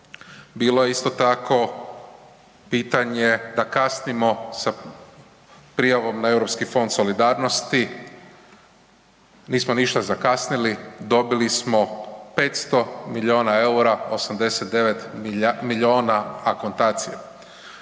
Bilo je isto tako pitanje da kasnimo sa prijavom na Europski fond solidarnosti, nismo ništa zakasnili, dobili smo 500 miliona EUR-a, 89 miliona akontacije.